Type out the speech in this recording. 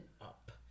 up